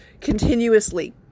continuously